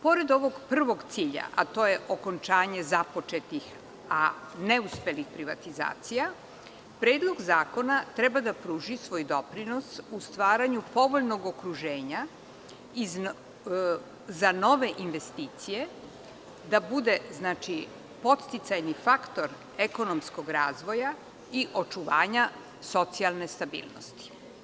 Pored ovog prvog cilja, a to je okončanje započetih a neuspelih privatizacija, Predlog zakona treba da pruži svoj doprinos u stvaranju povoljnog okruženja i za nove investicije, da bude podsticajni faktor ekonomskog razvoja i očuvanja socijalne stabilnosti.